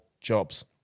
jobs